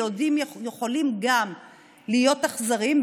ילדים יכולים גם להיות אכזריים,